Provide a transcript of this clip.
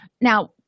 Now